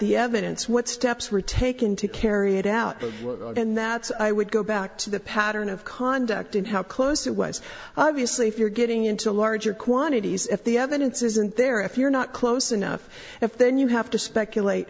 the evidence what steps were taken to carry it out and that's i would go back to the pattern of conduct and how close it was obviously if you're getting into larger quantities if the evidence isn't there if you're not close enough if then you have to speculate